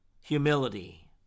humility